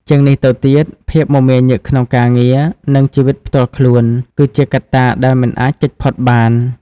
ជាងនេះទៅទៀត ភាពមមាញឹកក្នុងការងារ និងជីវិតផ្ទាល់ខ្លួន គឺជាកត្តាដែលមិនអាចគេចផុតបាន។